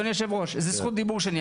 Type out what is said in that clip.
אדוני יושב הראש זה זכות דיבור שלי,